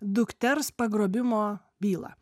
dukters pagrobimo bylą